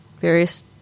various